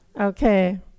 Okay